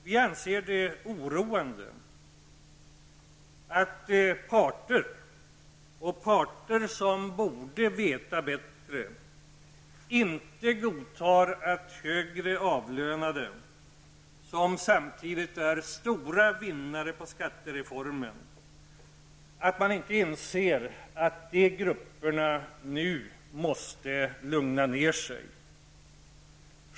Vi anser att det är oroande att parter -- som borde veta bättre -- inte godtar att högre avlönade som samtidigt är stora vinnare på skattereformen nu måste lugna ner sig.